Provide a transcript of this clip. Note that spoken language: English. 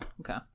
Okay